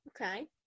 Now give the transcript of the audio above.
okay